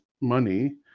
money